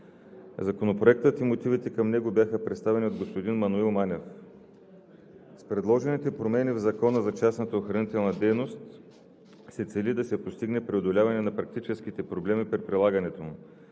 Законопроектът и мотивите към него бяха представени от господин Маноил Манев. С предложените промени в Закона за частната охранителна дейност се цели да се постигне преодоляване на практическите проблеми при прилагане му.